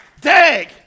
Dag